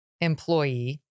employee